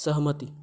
सहमति